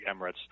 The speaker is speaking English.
Emirates